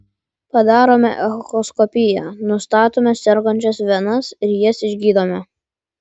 padarome echoskopiją nustatome sergančias venas ir jas išgydome